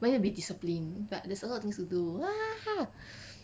but you need be discipline but there's a lot of things to do ah